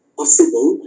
possible